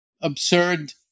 absurd